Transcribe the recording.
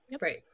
Right